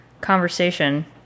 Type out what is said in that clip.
conversation